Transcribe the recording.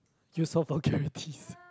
use all vulgarities